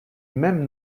même